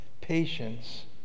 patience